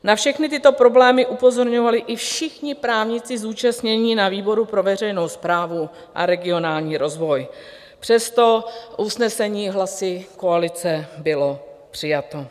Na všechny tyto problémy upozorňovali i všichni právníci zúčastnění na výboru pro veřejnou správu a regionální rozvoj, přesto usnesení hlasy koalice bylo přijato.